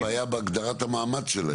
כי יש בעיה בהגדרת המעמד שלהם.